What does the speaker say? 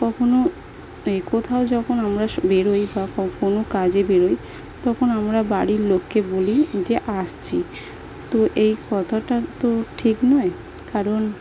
কখনও এ কোথাও যখন আমরা স বের হোই বা ক কোনো কাজে বেরই তখন আমরা বাড়ির লোককে বলি যে আসছি তো এই কথাটা তো ঠিক নয় কারণ